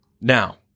Now